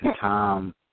Tom